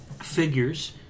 figures